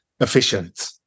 efficient